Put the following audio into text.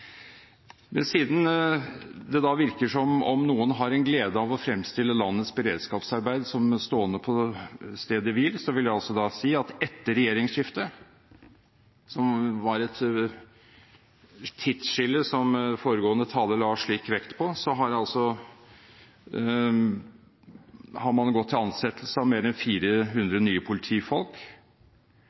Men siden det virker som om noen har en glede av å fremstille landets beredskapsarbeid som stående på stedet hvil, så vil jeg altså si at etter regjeringsskiftet – som var et tidsskille, som foregående taler la slik vekt på – har man gått til ansettelse av mer enn 400 nye politifolk,